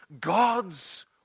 God's